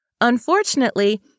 Unfortunately